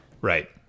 right